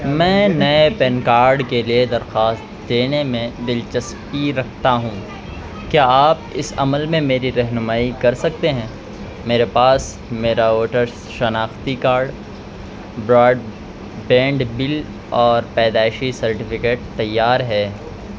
میں نئے PAN card کے لیے درخواست دینے میں دلچسپی رکھتا ہوں کیا آپ اس عمل میں میری رہنمائی کر سکتے ہیں میرے پاس میرا ووٹر شناختی کارڈ براڈ بینڈ بل اور پیدائشی سرٹیفکیٹ تیار ہے